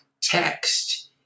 text